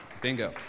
Bingo